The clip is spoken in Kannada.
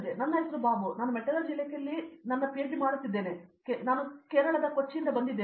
ನನ್ನ ಹೆಸರು ಬಾಬು ನಾನು ಮೆಟಲರ್ಜಿ ಇಲಾಖೆಯಲ್ಲಿ ನನ್ನ ಪಿಎಚ್ಡಿ ಮಾಡುತ್ತಿದ್ದೇನೆ ನಾನು ಕೊಚ್ಚಿ ಕೇರಳದಿಂದ ಬಂದಿದ್ದೇನೆ